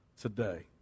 today